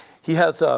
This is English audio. he has ah